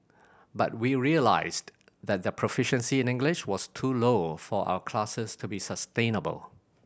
but we realised that their proficiency in English was too low for our classes to be sustainable